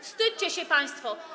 Wstydźcie się państwo.